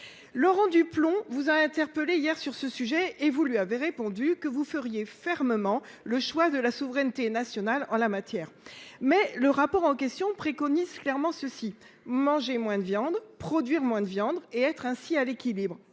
Laurent Duplomb vous a interpellé hier sur ce sujet et vous lui avez répondu que vous feriez fermement le choix de la souveraineté nationale en la matière. Mais le rapport en question préconise clairement ceci manger moins de viande, produire moins de viande et être ainsi à l'équilibre